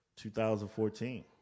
2014